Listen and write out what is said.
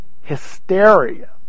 hysteria